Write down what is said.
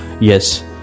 Yes